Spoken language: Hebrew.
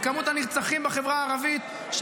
לצמצום פערים בחברה הערבית.